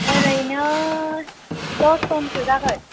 ओरैनो दसजनसो जागोन